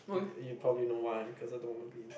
you you probably know why because I don't want to be